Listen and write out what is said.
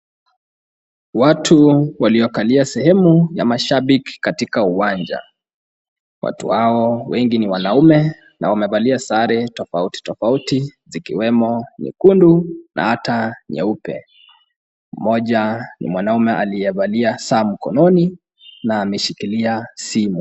Watu waliokalia sehemu ya mashabiki katika uwanja. Watu hao wengi ni wanaume na wamevalia sare tofauti tofauti zikiwemo nyekundu na hata nyeupe. Mmoja ni mwanaume aliyevalia saa mkononi na ameshikilia simu.